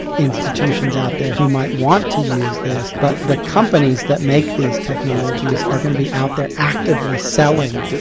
institutions, out there who might want to use this, but the companies that make these technologies are going to be out there actively selling,